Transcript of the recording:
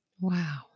Wow